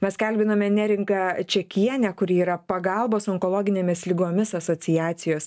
mes kalbinome neringą čiakienę kuri yra pagalbos onkologinėmis ligomis asociacijos